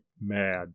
mad